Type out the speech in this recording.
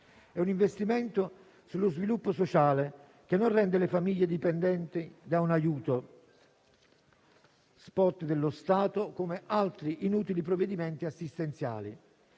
È un investimento sullo sviluppo sociale, che non rende le famiglie dipendenti da un aiuto *spot* dello Stato, come altri inutili provvedimenti assistenziali.